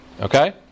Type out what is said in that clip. okay